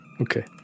Okay